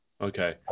Okay